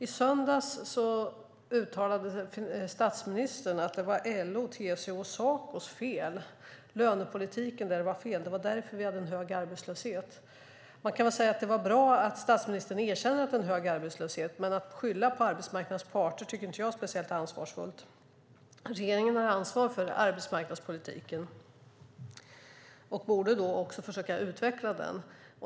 I söndags uttalade statsministern att lönepolitiken hos LO, TCO och Saco var fel. Det var därför vi hade en hög arbetslöshet. Det var bra att statsministern erkände att det var en hög arbetslöshet. Men att skylla på arbetsmarknadens parter är inte speciellt ansvarsfullt. Regeringen har ansvar för arbetsmarknadspolitiken och borde försöka utveckla den.